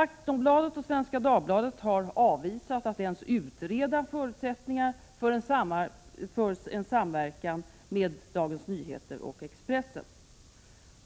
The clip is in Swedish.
Aftonbladet och Svenska Dagbladet har avvisat att ens utreda förutsättningarna för en samverkan med Dagens Nyheter och Expressen.